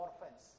orphans